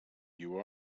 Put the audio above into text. you